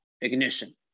ignition